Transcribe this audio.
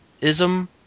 ism